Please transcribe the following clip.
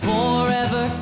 Forever